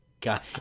god